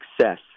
success